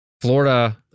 florida